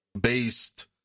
based